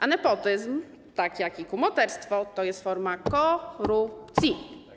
A nepotyzm, tak jak kumoterstwo, to jest forma korupcji.